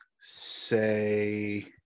say